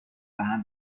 بهم